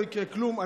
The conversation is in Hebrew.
לא יקרה כלום.